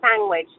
Sandwich